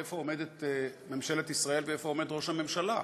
איפה עומדת ממשלת ישראל ואיפה עומד ראש הממשלה?